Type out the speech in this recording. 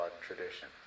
tradition